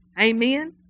Amen